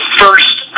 first